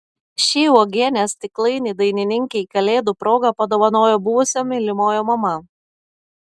šį uogienės stiklainį dainininkei kalėdų proga padovanojo buvusio mylimojo mama